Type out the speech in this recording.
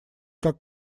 как